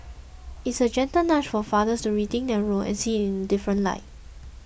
it's a gentle nudge for fathers to rethink their role and see it in a different light